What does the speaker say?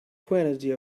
quantity